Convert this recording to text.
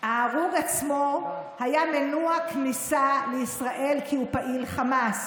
ההרוג עצמו היה מנוע כניסה לישראל כי הוא פעיל חמאס.